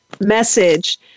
message